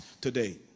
today